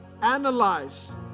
analyze